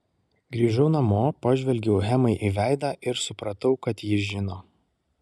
grįžau namo pažvelgiau hemai į veidą ir supratau kad ji žino